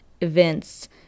events